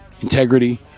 integrity